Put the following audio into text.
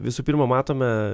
visų pirma matome